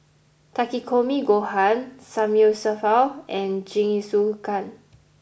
Takikomi Gohan Samgyeopsal and Jingisukan